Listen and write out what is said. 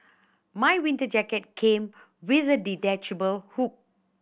my winter jacket came with a detachable hood